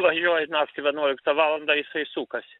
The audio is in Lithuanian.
važiuoji naktį vienuoliktą valandą jisai sukasi